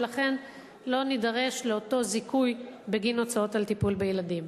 ולכן לא נידרש לזיכוי בגין הוצאות על טיפול בילדים.